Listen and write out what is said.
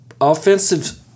offensive